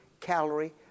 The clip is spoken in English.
calorie